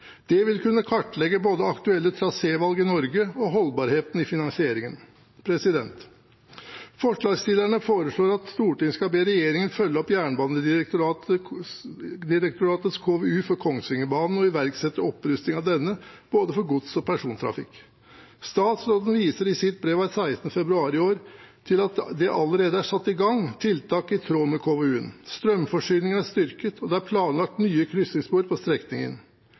Det vil kunne kartlegge både aktuelle trasévalg i Norge og holdbarheten i finansieringen. Forslagsstillerne foreslår at Stortinget skal be regjeringen følge opp Jernbanedirektoratets KVU for Kongsvingerbanen og iverksette opprusting av denne for både gods- og persontrafikk. Statsråden viser i sitt brev av 16. februar i år til at det allerede er satt i gang tiltak i tråd med KVU-en. Strømforsyningen er styrket, og det er planlagt nye krysningsspor på strekningen.